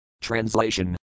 Translation